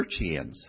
churchians